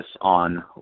on